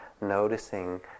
noticing